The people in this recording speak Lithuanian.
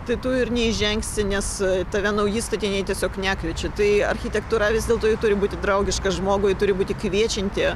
tai tu ir neįžengsi nes tave nauji statiniai tiesiog nekviečia tai architektūra vis dėlto turi būti draugiška žmogui turi būti kviečianti